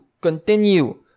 continue